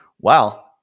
Wow